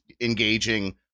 engaging